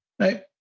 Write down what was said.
right